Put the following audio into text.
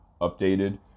updated